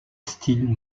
style